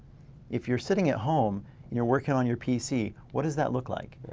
if you're sitting at home and you're working on your pc, what does that look like?